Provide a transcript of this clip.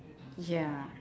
ya